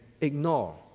ignore